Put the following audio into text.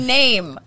name